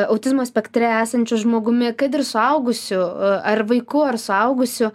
autizmo spektre esančiu žmogumi kad ir suaugusiu ar vaiku ar suaugusiu